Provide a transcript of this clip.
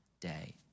day